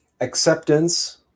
Acceptance